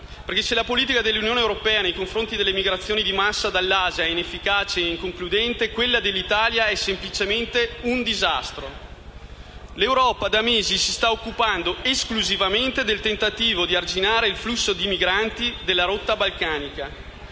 Se la politica dell'Unione europea nei confronti delle migrazioni di massa dall'Asia è inefficacie e inconcludente, quella dell'Italia è semplicemente un disastro. L'Europa da mesi si sta occupando esclusivamente del tentativo di arginare il flusso di migranti della rotta balcanica.